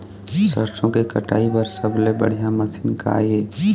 सरसों के कटाई बर सबले बढ़िया मशीन का ये?